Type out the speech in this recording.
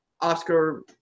Oscar